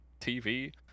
TV